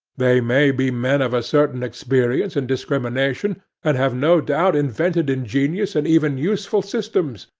they may be men of a certain experience and discrimination, and have no doubt invented ingenious and even useful systems,